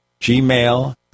Gmail